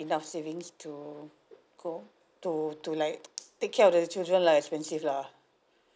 enough savings to go to to like take care of the children lah expensive lah